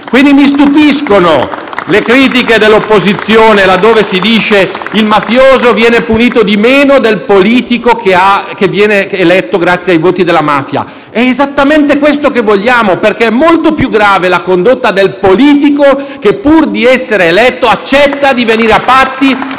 M5S)*. Mi stupiscono quindi le critiche dell'opposizione laddove si dice che il mafioso viene punito meno del politico che viene eletto grazie ai voti della mafia: è esattamente questo che vogliamo, perché è molto più grave la condotta del politico che, pur di essere eletto, accetta di venire a patti